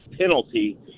penalty